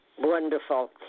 Wonderful